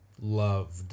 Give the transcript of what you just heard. Loved